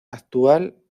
actual